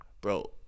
Bro